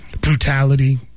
brutality